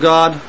God